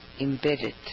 embedded